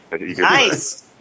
Nice